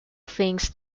things